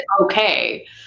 okay